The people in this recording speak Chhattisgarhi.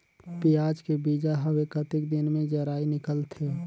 पियाज के बीजा हवे कतेक दिन मे जराई निकलथे?